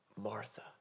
Martha